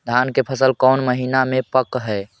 धान के फसल कौन महिना मे पक हैं?